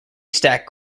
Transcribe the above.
stack